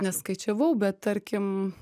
neskaičiavau bet tarkim